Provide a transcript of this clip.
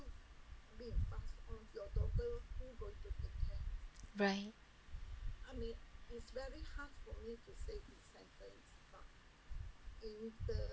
right